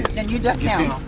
then you duck down.